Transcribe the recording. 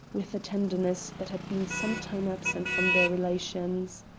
with a tenderness that had been some time absent from their relations,